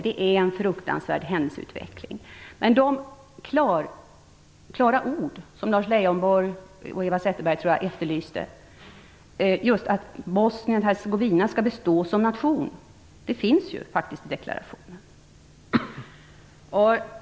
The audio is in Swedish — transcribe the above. Det är en fruktansvärd utveckling. Lars Leijonborg och även Eva Zetterberg, tror jag, efterlyste klara ord om att Bosnien-Hercegovina skall bestå som nation, men det finns faktiskt i deklarationen.